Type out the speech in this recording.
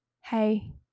hey